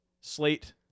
slate